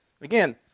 Again